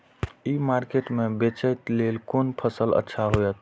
ई market में बेचेक लेल कोन फसल अच्छा होयत?